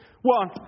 one